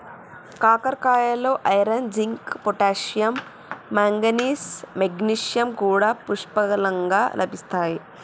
కాకరకాయలో iron, zinc, potassium, manganese, magnesium కూడా పుష్కలంగా లభిస్తాయి